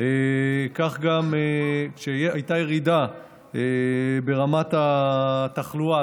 כך גם כשהייתה ירידה ברמת התחלואה,